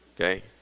Okay